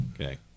Okay